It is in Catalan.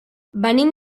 venim